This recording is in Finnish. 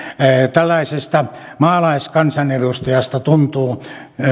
tällaisesta maalaiskansanedustajasta tuntuu